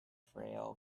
frail